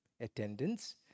Attendance